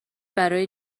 برای